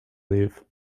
leave